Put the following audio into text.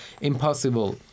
impossible